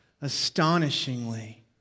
astonishingly